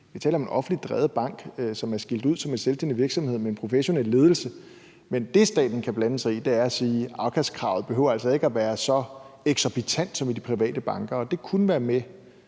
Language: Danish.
Vi taler om en offentligt drevet bank, som er skilt ud som en selvstændig virksomhed med en professionel ledelse. Men det, staten kan blande sig i, er ved at sige, at afkastkravet altså ikke behøver at være så eksorbitant som i de private banker, og det kunne være med